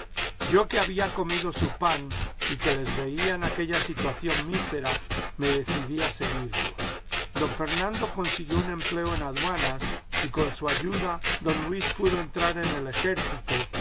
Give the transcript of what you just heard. yo que había comido su pan y que les veía en aquella situación mísera me decidí a seguirlos don fernando consiguió un empleo en aduanas y con su ayuda don luis pudo entrar en el ejército